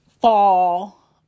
fall